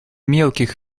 мелких